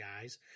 guys